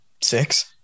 Six